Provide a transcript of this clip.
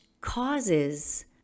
causes